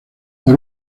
por